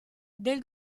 del